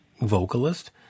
vocalist